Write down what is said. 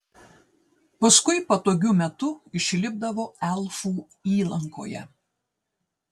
paskui patogiu metu išlipdavo elfų įlankoje